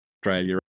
Australia